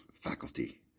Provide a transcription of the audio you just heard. faculty